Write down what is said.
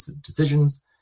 decisions